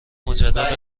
مجدد